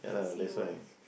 see you wear